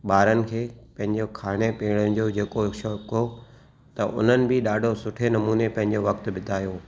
ॿारनि खे पंहिंजो खाने पीअण जो जेको शौक़ु हुओ त उन्हनि बि ॾाढो सुठे नमूने पंहिंजो वक़्तु बितायो